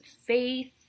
faith